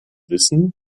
wissen